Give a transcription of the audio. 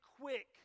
quick